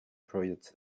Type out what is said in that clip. projects